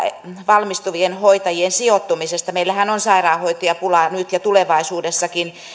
valmistuvien hoitajien sijoittumisesta meillähän on sairaanhoitajapulaa nyt ja tulevaisuudessakin